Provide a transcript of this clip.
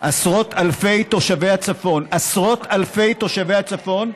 עשרות אלפי תושבי הצפון, עשרות אלפי תושבי הצפון,